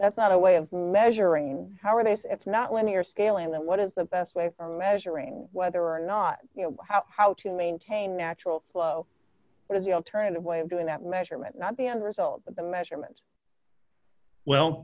that's not a way of measuring how are they so if not when you're scaling them what is the best way for measuring whether or not you know how how to maintain natural flow what is the alternative way of doing that measurement not the end result but the measurement well